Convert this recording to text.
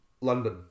London